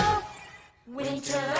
winter